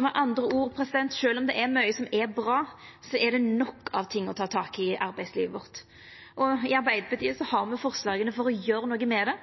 Med andre ord: Sjølv om det er mykje som er bra, er det nok av ting å ta tak i i arbeidslivet vårt. I Arbeidarpartiet har me forslaga for å gjera noko med det.